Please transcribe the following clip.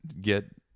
get